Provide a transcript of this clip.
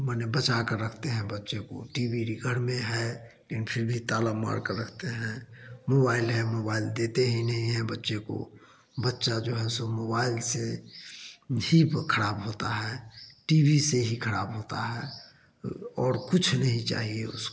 मने बचाकर रखते हैं बच्चे को टी वी घर में है किन फिर भी ताला मारकर रखते हैं मुबाइल है मोबाइल देते ही नहीं हैं बच्चे को बच्चा जो है सो मोबाइल से भी खराब होता है टी वी से ही खराब होता है और कुछ नहीं चाहिए उसको